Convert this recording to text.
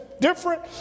different